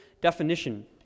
definition